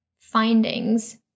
findings